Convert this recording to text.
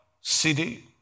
city